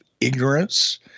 ignorance